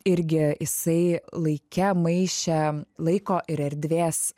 irgi jisai laike maišė laiko ir erdvės